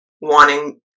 wanting